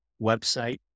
website